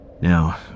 Now